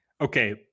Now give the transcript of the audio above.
Okay